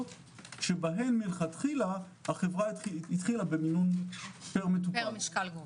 שבהן מלכתחילה החברה התחילה במינון פר משקל.